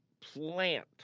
plant